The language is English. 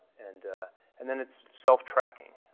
and ah and then it's self tracking.